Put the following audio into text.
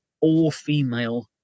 all-female